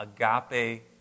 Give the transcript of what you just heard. agape